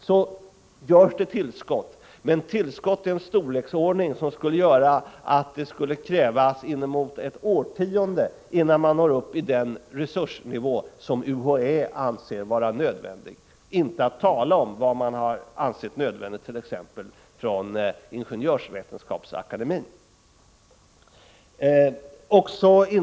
Det sker tillskott, men tillskott i en storleksordning som gör att det skulle krävas ungefär ett årtionde innan man når upp till den resursnivå som UHÄ anser vara nödvändig — för att inte tala om vad t.ex. Ingenjörsvetenskapsakademien har ansett nödvändigt.